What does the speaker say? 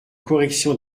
correction